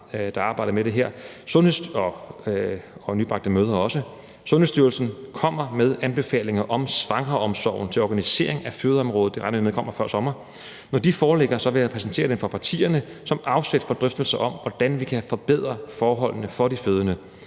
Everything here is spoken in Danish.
og nybagte mødre også. Sundhedsstyrelsen kommer med anbefalinger om svangreomsorgen til organisering af fødeområdet, dem regner vi med kommer før sommer, og når de foreligger, vil jeg præsentere dem for partierne som afsæt for drøftelser om, hvordan vi kan forbedre forholdene for de fødende.